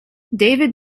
david